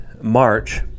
March